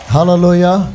Hallelujah